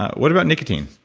what about nicotine?